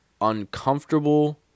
uncomfortable